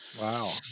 Wow